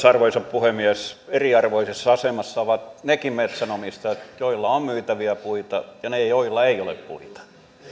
arvoisa puhemies eriarvoisessa asemassa ovat nekin metsänomistajat joilla on on myytäviä puita ja ne joilla ei ole puita